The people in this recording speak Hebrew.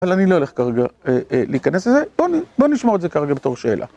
אבל אני לא הולך כרגע להיכנס לזה, בוא בוא נשמור את זה כרגע בתור שאלה.